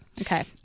Okay